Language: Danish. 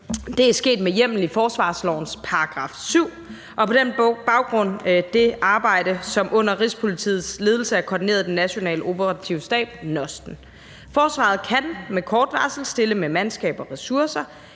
Det er sket med hjemmel i forsvarslovens § 7, og på den baggrund det arbejde, som under Rigspolitiets ledelse er koordineret i den nationale operative stab, NOST'en. Forsvaret kan med kort varsel stille med mandskab og ressourcer,